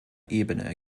ebene